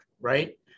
right